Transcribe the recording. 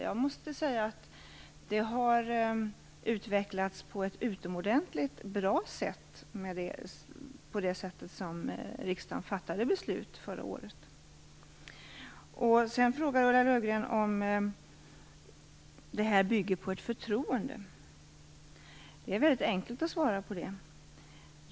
Jag måste säga att det här har utvecklats på ett utomordentligt bra sätt efter det att riksdagen fattade sitt beslut förra året. Sedan frågade Ulla Löfgren om detta bygger på ett förtroende. Det är väldigt enkelt att svara på den frågan.